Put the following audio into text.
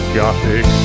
gothic